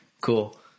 Cool